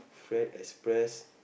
friend express